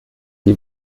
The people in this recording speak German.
die